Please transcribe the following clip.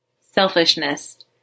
Selfishness